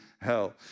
hell